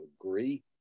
agree